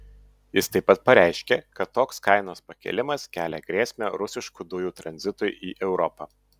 jis taip pat pareiškė kad toks kainos pakėlimas kelia grėsmę rusiškų dujų tranzitui į europą